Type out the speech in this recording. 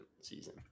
season